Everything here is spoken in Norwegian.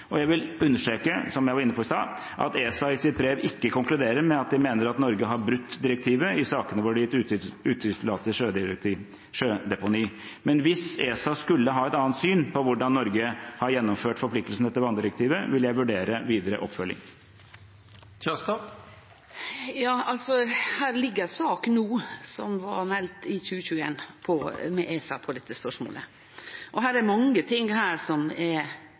Og jeg vil understreke, som jeg var inne på i sted, at ESA i sitt brev ikke konkluder med at de mener at Norge har brutt direktivet i sakene hvor det er gitt utslippstillatelse til sjødeponi. Men hvis ESA skulle ha et annet syn på hvordan Norge har gjennomført forpliktelsene etter vanndirektivet, vil jeg vurdere videre oppfølging. Det ligg føre ei sak no som blei meld i 2021 til ESA, når det gjeld dette spørsmålet. Det er mange ting her som det er